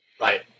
Right